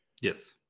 Yes